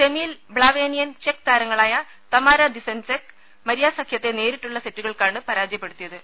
സെമിയിൽ ബ്ലാവേനിയൻ ചെക്ക് താരങ്ങളായ തമര സിദൻസെക്ക് മരിയ സഖ്യത്തെ നേരിട്ടുള്ള സെറ്റുകൾക്കാണ് പരാജയപ്പെടുത്തിയത്